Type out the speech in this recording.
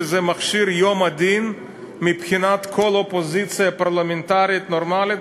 שזה מכשיר יום הדין מבחינת כל אופוזיציה פרלמנטרית נורמלית,